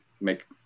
make